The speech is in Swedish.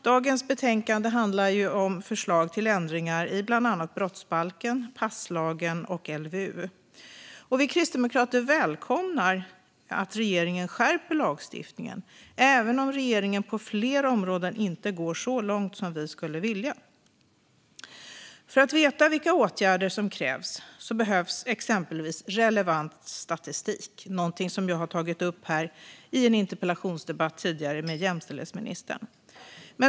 Det betänkande vi behandlar i dag handlar om förslag till ändringar i bland annat brottsbalken, passlagen och LVU. Vi kristdemokrater välkomnar att regeringen skärper lagstiftningen, även om regeringen på flera områden inte går så långt som vi skulle vilja. För att veta vilka åtgärder som krävs behövs exempelvis relevant statistik. Det är någonting som jag har tagit upp här tidigare i en interpellationsdebatt med jämställdhetsministern.